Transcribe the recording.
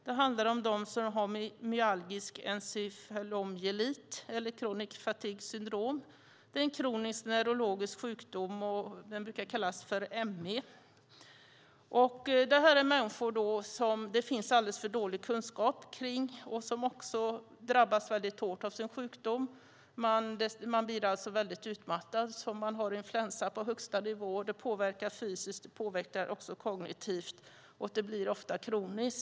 Den handlar om dem som har myalgisk encefalomyelit eller chronic fatigue syndrome. Det är en kronisk, neurologisk sjukdom. Den brukar kallas för ME. Det finns alldeles för dålig kunskap om de människor som lider av denna. De drabbas mycket hårt av sin sjukdom. De blir väldigt utmattade. Det är som att ha influensa på högsta nivå. Det påverkar fysiskt och kognitivt, och den blir ofta kronisk.